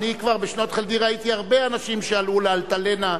אני כבר בשנות חלדי ראיתי הרבה אנשים שעלו ל"אלטלנה"